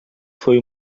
foi